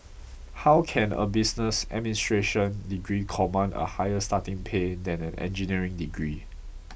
how can a business administration degree command a higher starting pay than an engineering degree